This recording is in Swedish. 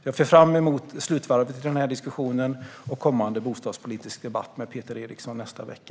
Jag ser fram emot slutvarvet i denna diskussion och den kommande bostadspolitiska debatten med Peter Eriksson nästa vecka.